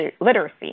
literacy